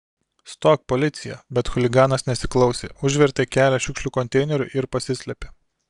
stok policija bet chuliganas nesiklausė užvertė kelią šiukšlių konteineriu ir pasislėpė